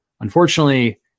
unfortunately